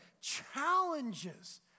challenges